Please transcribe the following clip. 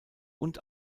und